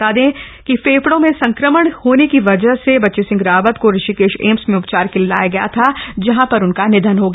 बता दें कि फेफड़ों में संक्रमण होने की वजह से बची सिंह रावत ऋषिकेश एम्स में उपचार के लिए लाया गया था जहां उनका निधन हो गया